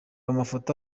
amafoto